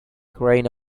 crane